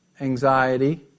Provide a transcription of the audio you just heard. anxiety